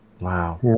Wow